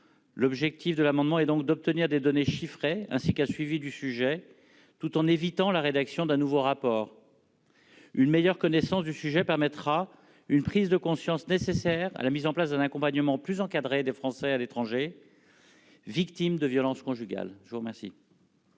l'objectif de l'amendement et donc d'obtenir des données chiffrées, ainsi qu'un suivi du sujet, tout en évitant la rédaction d'un nouveau rapport, une meilleure connaissance du sujet permettra une prise de conscience nécessaire à la mise en place d'un accompagnement plus des Français à l'étranger victimes de violences conjugales, je vous remercie.